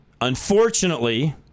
Unfortunately